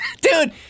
dude